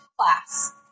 class